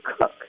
cook